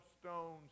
stones